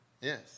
Yes